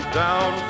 down